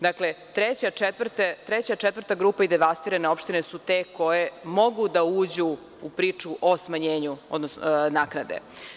Dakle, treća i četvrta grupa i devastirane opštine su te koje mogu da uđu u priču o smanjenju naknade.